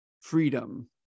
freedom